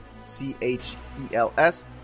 C-H-E-L-S